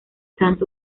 canto